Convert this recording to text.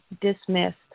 dismissed